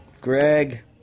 Greg